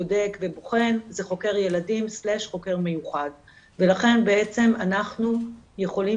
בודק ובוחן זה חוקר ילדים/חוקר מיוחד ולכן בעצם אנחנו יכולים